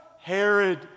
Herod